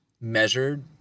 measured